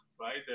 right